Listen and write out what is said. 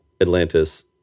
Atlantis